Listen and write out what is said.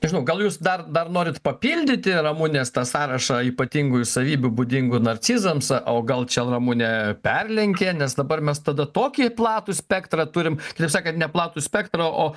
nežinau gal jūs dar dar norit papildyti ramunės tą sąrašą ypatingųjų savybių būdingų narcizams a o gal čia ramunė perlenkė nes dabar mes tada tokį platų spektrą turim kitaip sakant ne platų spektrą o